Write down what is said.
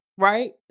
Right